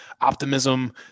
optimism